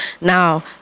Now